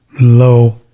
low